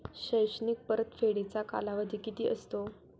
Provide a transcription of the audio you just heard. शैक्षणिक परतफेडीचा कालावधी किती असतो?